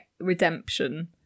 redemption